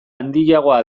handiagoa